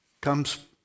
Comes